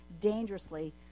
dangerously